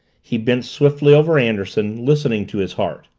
he bent swiftly over anderson, listening to his heart.